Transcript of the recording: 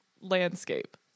landscape